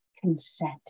consent